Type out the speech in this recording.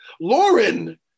Lauren